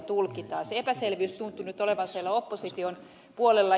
se epäselvyys tuntuu nyt olevan siellä opposition puolella